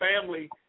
family